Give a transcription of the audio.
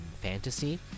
fantasy